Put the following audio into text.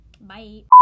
Bye